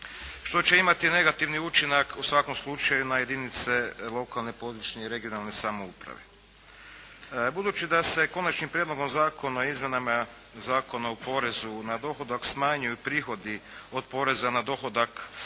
što će imati negativni učinak u svakom slučaju na jedinice lokalne, područne i regionalne samouprave. Budući da se Konačnim prijedlogom zakona o izmjenama Zakona o porezu na dohodak smanjuju prihodi od poreza na dohodak